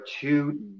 two